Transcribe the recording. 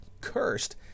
Cursed